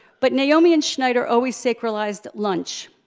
but naomi and schneider always sacrelized lunch,